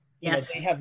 Yes